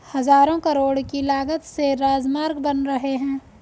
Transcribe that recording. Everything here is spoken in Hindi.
हज़ारों करोड़ की लागत से राजमार्ग बन रहे हैं